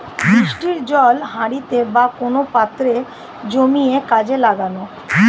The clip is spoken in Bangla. বৃষ্টির জল হাঁড়িতে বা কোন পাত্রে জমিয়ে কাজে লাগানো